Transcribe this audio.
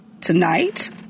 tonight